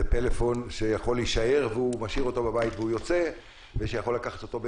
משאיר את הפלאפון בבית ויוצא או שבן משפחה יכול לקחת אותו,